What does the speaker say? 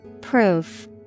Proof